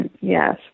Yes